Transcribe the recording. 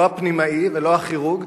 לא הפנימאי ולא הכירורג,